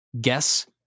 guess